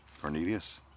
Cornelius